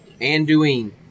Anduin